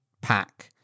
pack